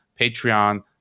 patreon